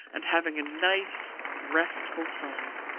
and having a nice, restful time.